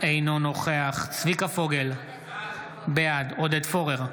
אינו נוכח צביקה פוגל, בעד עודד פורר,